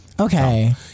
Okay